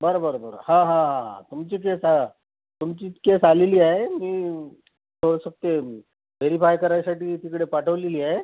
बरं बरं बरं हा हा हा तुमची केस हा तुमची केस आलेली आहे मी थोडंसं ते व्हेरीफाय करायसाठी तिकडे पाठवलेली आहे